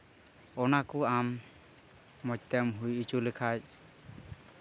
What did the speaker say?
ᱚᱱᱟᱠᱚ ᱟᱢ ᱢᱚᱡᱽ ᱛᱮᱢ ᱦᱩᱭ ᱦᱚᱪᱚ ᱞᱮᱠᱷᱟᱡ